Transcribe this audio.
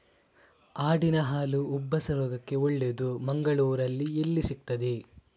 ಆಡಿನ ಹಾಲು ಉಬ್ಬಸ ರೋಗಕ್ಕೆ ಒಳ್ಳೆದು, ಮಂಗಳ್ಳೂರಲ್ಲಿ ಎಲ್ಲಿ ಸಿಕ್ತಾದೆ?